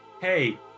hey